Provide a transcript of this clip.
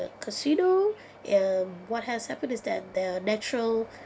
casino and what has happened is that their natural